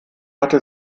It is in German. hatte